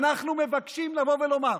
אנחנו מבקשים לבוא ולומר,